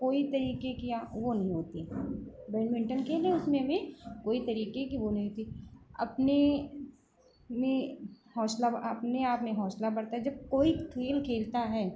कोई तरीके की या वह नहीं होती बैडमिन्टन खेले उसमें हमें कोई तरीके की वह नहीं होती अपने में हौसला अपने आप में हौसला बढ़ता है जब कोई खेल खेलता है